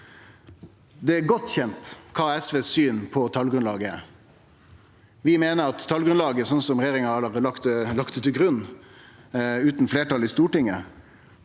Det er godt kjent kva SVs syn på talgrunnlaget er. Vi meiner at ein med talgrunnlaget sånn som regjeringa har lagt det til grunn, utan fleirtal i Stortinget,